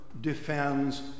defends